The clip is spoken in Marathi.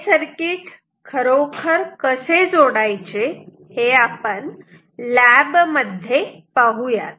हे सर्किट खरोखर कसे जोडायचे हे आपण लॅब मध्ये पाहुयात